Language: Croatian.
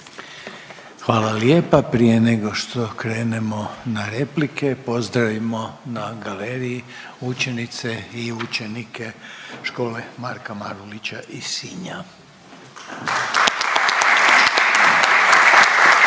Hvala lijepa. Prije nego što krenemo na replike pozdravimo na galeriji učenice i učenike Škole Marka Marulića iz Sinja.